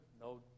no